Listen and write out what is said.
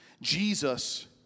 Jesus